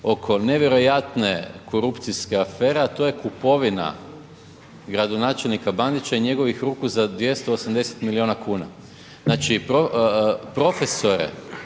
oko nevjerojatne korupcijske afere, a to je kupovina gradonačelnika Bandića i njegovih ruku za 280 milijuna kuna. Znači profesore,